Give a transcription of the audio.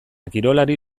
kirolari